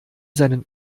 seinen